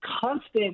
constant